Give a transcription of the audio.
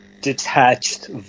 detached